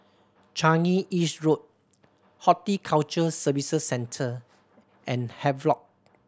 Changi East Road Horticulture Services Centre and Havelock